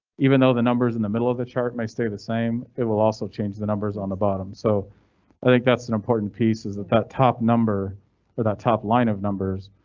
even though the numbers in the middle of the chart may stay the same, it will also change the numbers on the bottom, so i think that's an important piece. is that that top number for that top line of numbers